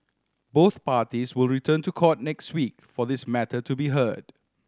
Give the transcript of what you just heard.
both parties will return to court next week for this matter to be heard